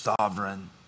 sovereign